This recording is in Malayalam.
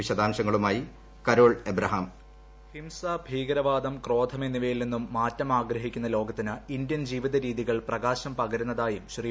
വിശദാംശങ്ങളുമായി കരോൾ അബ്രഹാം വോയിസ് ഹിംസ ഭീകരവാദം ക്രോധം എന്നീവിയിൽ നിന്നും മാറ്റം ആഗ്രഹിക്കുന്ന ലോകത്തിന് ഇന്ത്യൻ ജീവിതരീതികൾ പ്രകാശം പകരുന്നതായും ശ്രീ